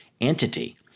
entity